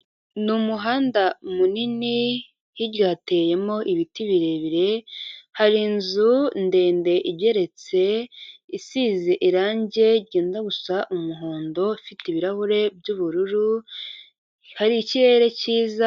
Ni umuhanda munini hirya hateyemo ibiti birebire, hari inzu ndende igeretse, isize irangi ryenda gusa umuhondo, ifite ibirahure by'ubururu, hari ikirere cyiza.